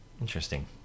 interesting